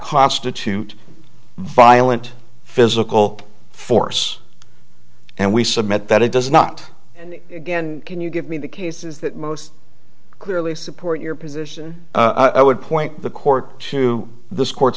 constitute violent physical force and we submit that it does not get can you give me the cases that most clearly support your position i would point the court to this court's